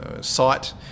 site